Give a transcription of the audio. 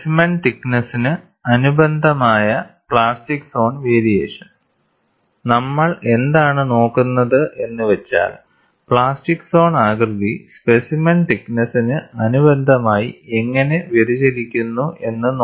specimen തിക്ക്നെസ്സ്നു അനുബന്ധമായ plastic zone variation നമ്മൾ എന്താണ് നോക്കുന്നത് എന്ന് വെച്ചാൽ പ്ലാസ്റ്റിക് സോൺ ആകൃതി സ്പെസിമെൻ തിക്ക്നെസ്സ്നു അനുബന്ധമായി എങ്ങനെ വ്യതിചലിക്കുന്നു എന്ന്